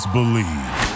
Believe